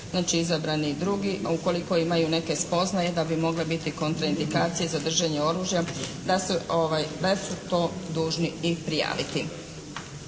izabrani drugi, a ukoliko imaju neke spoznaju da bi mogle biti kontraindikacije za držanje oružja, da se, da su to dužni i prijaviti.